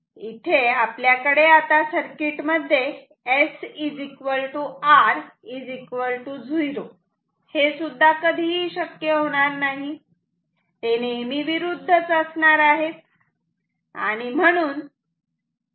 इथे आपल्याकडे आता सर्किट मध्ये S R 0 हेसुद्धा कधीही शक्य होणार नाही ते नेहमी विरुद्धच असणार आहेत